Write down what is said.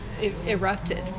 erupted